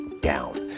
down